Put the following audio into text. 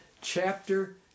chapter